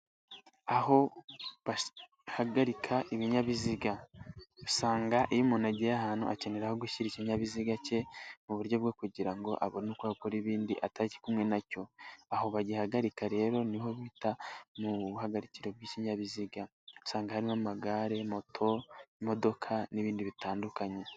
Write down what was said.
Aho bahagarika ibinyabiziga usanga iyo umuntu agiye ahantu akeneraho gushyira ikinyabiziga cye mu buryo bwo kugirango abone uko akora ibindi atari kumwe nacyo, aho bagihagarika rero niho bita mu buhagarikiro bw'ikinyabiziga, usanga harimo amagare, moto imodoka n'ibindi bitandukanye.